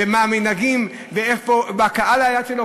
ומה המנהגים ומה קהל היעד שלו?